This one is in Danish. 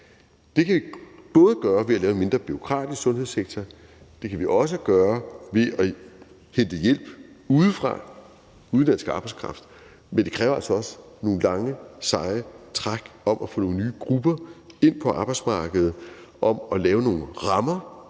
Det kan vi gøre ved at lave en mindre bureaukratisk sundhedssektor, og det kan vi også gøre ved at hente hjælp udefra, udenlandsk arbejdskraft, men det kræver altså også nogle lange, seje træk med hensyn til at få nogle nye grupper ind på arbejdsmarkedet, at få lavet nogle rammer,